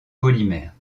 polymères